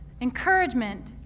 encouragement